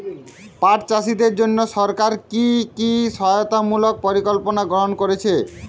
পাট চাষীদের জন্য সরকার কি কি সহায়তামূলক পরিকল্পনা গ্রহণ করেছে?